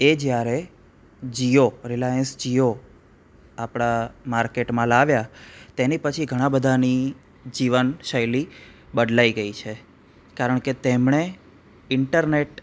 એ જ્યારે જીઓ રિલાઇન્સ જીઓ આપણા માર્કેટમાં લાવ્યા તેની પછી ઘણા બધાની જીવન શૈલી બદલાઇ ગઈ છે કારણ કે તેમણે ઈન્ટરનેટ